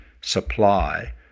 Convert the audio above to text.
supply